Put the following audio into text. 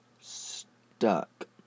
Stuck